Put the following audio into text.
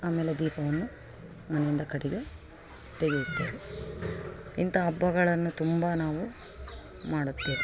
ಆಮೇಲೆ ದೀಪವನ್ನು ಆನಂದ ಕಟಿಗೆ ತೆಗೆಯುತ್ತೇವೆ ಇಂಥ ಹಬ್ಬಗಳನ್ನು ತುಂಬ ನಾವು ಮಾಡುತ್ತೇವೆ